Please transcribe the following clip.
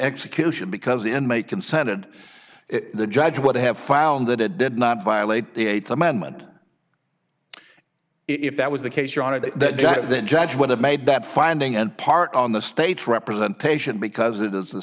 execution because the end may consented the judge would have found that it did not violate the eighth amendment if that was the case your honor that the judge would have made that finding and part on the state's representation because it is the